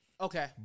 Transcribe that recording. okay